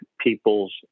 people's